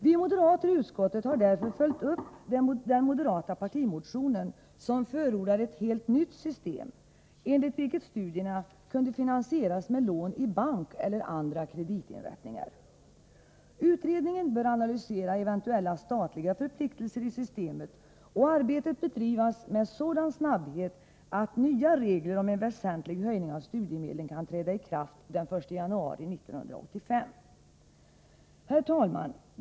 Vi moderater i utskottet har därför följt upp den moderata partimotionen, där ett helt nytt system förordats, enligt vilket studierna kan finansieras med lån i bank eller andra kreditinrättningar. En utredning bör analysera eventuella statliga förpliktelser i systemet och arbetet bedrivas med sådan snabbhet att nya regler och en väsentlig höjning av studiemedlen kan träda i kraft den 1 januari 1985. Herr talman!